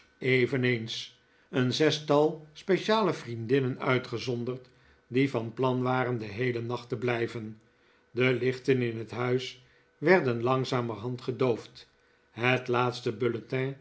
eveneens een zestal speciale vriendinnen uitgezonderd die van plan waren den heelen nacht te blijven de lichten in het huis werden langzamerhand gedoofd het laatste